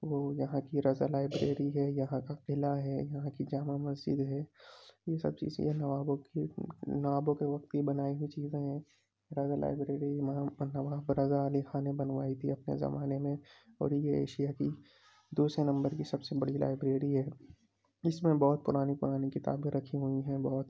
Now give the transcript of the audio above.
وہ یہاں کی رضا لائبریری ہے یہاں کا قلعہ ہے یہاں کی جامع مسجد ہے یہ سب چیز نوابوں کی نوابوں کے وقت کی بنائی ہوئی چیزیں ہیں رضا لائبریری نواب رضا علی خاں نے بنوائی تھی اپنے زمانے میں اور یہ ایشیا کی دوسرے نمبر کی سب سے بڑی لائبریری ہے اس میں بہت پرانی پرانی کتابیں رکھی ہوئی ہیں بہت